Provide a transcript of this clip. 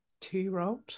two-year-old